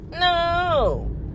no